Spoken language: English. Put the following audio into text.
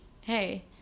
hey